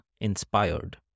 inspired